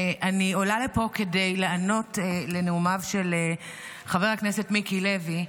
אני עולה לפה כדי לענות לנאומיו של חבר הכנסת מיקי לוי.